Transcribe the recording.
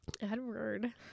Edward